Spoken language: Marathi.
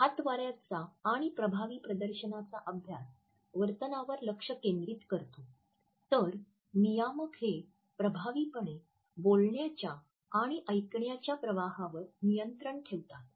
हातावाऱ्याचा आणि प्रभावी प्रदर्शनाचा अभ्यास वर्तनावर लक्ष केंद्रित करतो तर नियामक हे प्रभावीपणे बोलण्याच्या आणि ऐकण्याच्या प्रवाहावर नियंत्रण ठेवतात